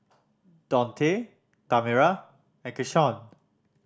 Dontae Tamera and Keshaun